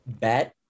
bad